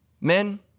men